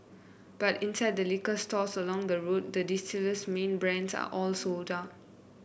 but inside the liquor stores along the road the distiller's main brands are all sold out